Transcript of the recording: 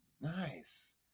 Nice